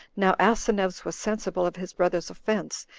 now asineus was sensible of his brother's offense,